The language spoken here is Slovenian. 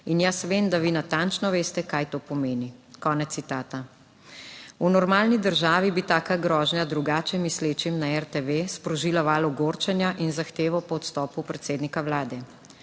In jaz vem, da vi natančno veste kaj to pomeni." - konec citata. V normalni državi bi taka grožnja drugače mislečim na RTV sprožila val ogorčenja in zahtevo po odstopu predsednika Vlade.